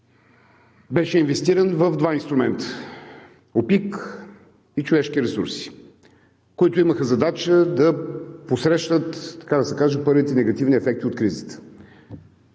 беше инвестиран в два инструмента – ОПИК и „Човешки ресурси“, които имаха задача да посрещнат, така да се каже, първите негативни ефекти от кризата.